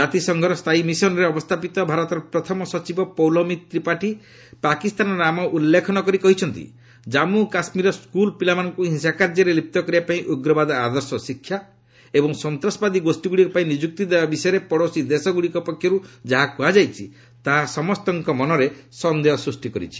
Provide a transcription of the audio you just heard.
ଜାତିସଂଘର ସ୍ଥାୟୀ ମିଶନରେ ଅବସ୍ଥାପିତ ଭାରତର ପ୍ରଥମ ସଚିବ ପୌଲମି ଡ୍ରିପାଠୀ ପାକିସ୍ଥାନର ନାମ ଉଲ୍ଲ୍ଲ୍ଖ ନକରି କହିଛନ୍ତି କାମ୍ମୁ କାଶ୍ମୀରର ସ୍କୁଲ ପିଲାମାନଙ୍କୁ ହିଂସାକାର୍ଯ୍ୟରେ ଲିପ୍ତ କରିବା ପାଇଁ ଉଗ୍ରବାଦ ଆଦର୍ଶ ଶିକ୍ଷା ଏବଂ ସନ୍ତାସବାଦୀ ଗୋଷୀଗୁଡ଼ିକ ପାଇଁ ନିଯୁକ୍ତି ଦେବା ବିଷୟରେ ପଡୋଶୀ ଦେଶ ପକ୍ଷରୁ ଯାହା କୁହାଯାଇଛି ତାହା ସମସ୍ତଙ୍କ ମନରେ ସନ୍ଦେହ ସ୍ନୁଷ୍ଟି କରୁଛି